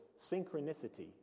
synchronicity